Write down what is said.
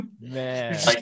man